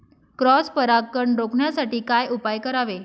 Cross परागकण रोखण्यासाठी काय उपाय करावे?